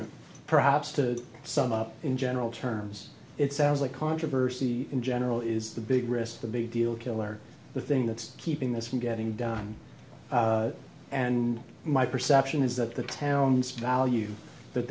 right perhaps to sum up in general terms it sounds like controversy in general is the big risk the big deal killer the thing that's keeping this from getting done and my perception is that the town's value